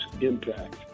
impact